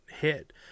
hit